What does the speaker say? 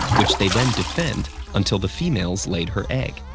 which they then defend until the female's laid her egg.